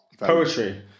Poetry